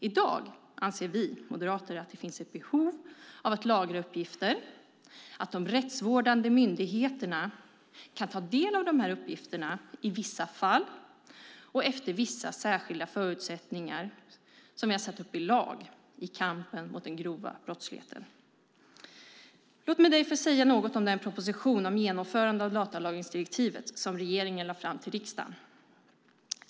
I dag anser vi moderater att det finns ett behov av att lagra uppgifter, att de rättsvårdande myndigheterna kan ta del av uppgifterna i vissa fall och efter vissa särskilda förutsättningar som vi har satt upp i lag i kampen mot den grova brottsligheten. Låt mig därför säga något om den proposition om genomförande av datalagringsdirektivet som regeringen lade fram till riksdagen.